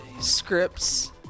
scripts